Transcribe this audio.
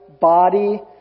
body